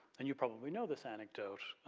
and you probably know this anecdote.